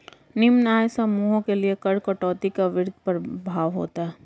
निम्न आय समूहों के लिए कर कटौती का वृहद प्रभाव होता है